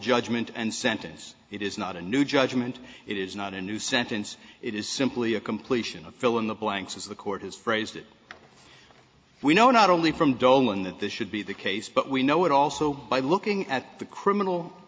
judgment and sentence it is not a new judgment it is not a new sentence it is simply a completion of fill in the blanks as the court has phrased it we know not only from dolan that this should be the case but we know it also by looking at the criminal